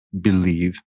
believe